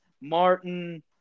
Martin